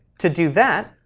to do that,